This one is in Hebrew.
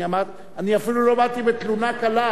אני אפילו לא באתי בתלונה קלה,